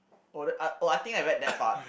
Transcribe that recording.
oh uh oh I think I read that part